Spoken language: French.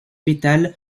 pétales